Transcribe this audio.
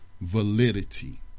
validity